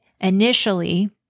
initially